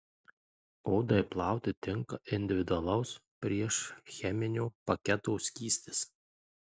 odai plauti tinka individualaus priešcheminio paketo skystis